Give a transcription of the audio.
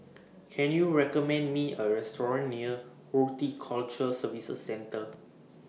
Can YOU recommend Me A Restaurant near Horticulture Services Centre